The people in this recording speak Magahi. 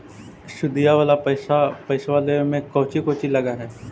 सुदिया वाला पैसबा लेबे में कोची कोची लगहय?